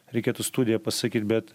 reikėtų studiją pasakyt bet